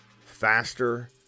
faster